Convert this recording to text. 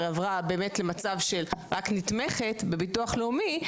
עברה באמת למצב של רק נתמכת בביטוח לאומי,